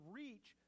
reach